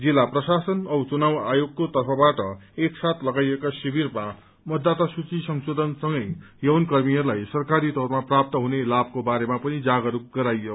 जिल्ला प्रशासन औ चुनाव आयोगको तर्फबाट एकसाथ लगाइएका शिविरमा मतदाता सूची संशोधनको यौन कर्मीहरूलाई सरकारी तौरमा प्राप्त हुने लाभको बारेमा पनि जागरूक गराइयो